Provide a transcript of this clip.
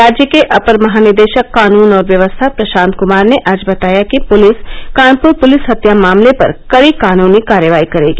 राज्य के अपर महानिदेशक कानुन और व्यवस्था प्रशांत कुमार ने आज बताया कि पुलिस कानपुर पुलिस हत्या मामले पर कड़ी कानूनी कार्रवाई करेगी